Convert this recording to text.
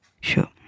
sure